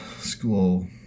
school